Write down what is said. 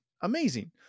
amazing